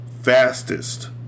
fastest